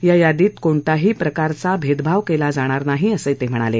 या यादीत कोणताही प्रकारचा भेदभाव केला जाणार नाही असंही ते म्हणाले